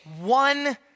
one